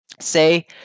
say